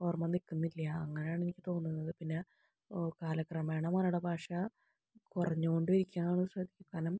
ഓർമ്മ നിൽക്കുന്നില്ല അങ്ങനെയാണ് എനിക്ക് തോന്നുന്നത് പിന്നെ കാലക്രമേണ മലയാള ഭാഷ കുറഞ്ഞു കൊണ്ടിരിക്കുകയാണ് കാരണം